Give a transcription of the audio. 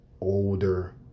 older